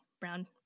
Brown